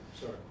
sorry